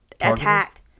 attacked